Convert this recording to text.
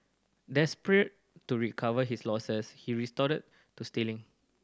desperate to recover his losses he resorted to stealing